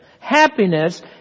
Happiness